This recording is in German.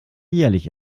jährlich